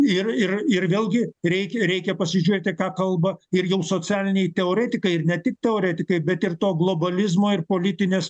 ir ir ir vėlgi reikia reikia pasižiūrėti ką kalba ir jums socialiniai teoretikai ir ne tik teoretikai bet ir to globalizmo ir politinės